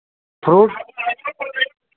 fruit